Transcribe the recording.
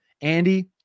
andy